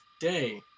day